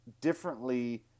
differently